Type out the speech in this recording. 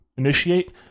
Initiate